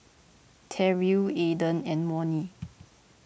Terrill Aaden and Monnie